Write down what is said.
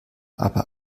aber